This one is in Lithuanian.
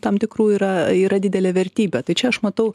tam tikrų yra yra didelė vertybė tai čia aš matau